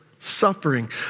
suffering